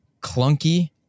clunky